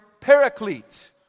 paraclete